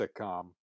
sitcom